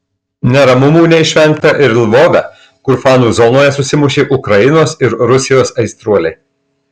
neramumų neišvengta ir lvove kur fanų zonoje susimušė ukrainos ir rusijos aistruoliai